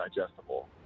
digestible